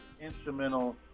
instrumental